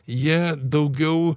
jie daugiau